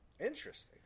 Interesting